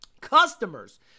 customers